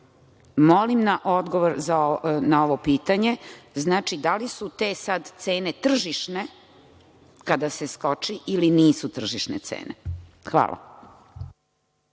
Molim odgovor na ovo pitanje. Znači, da li su te cene tržišne kada se skoči ili nisu tržišne cene? Hvala.